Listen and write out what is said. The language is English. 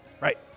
Right